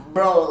Bro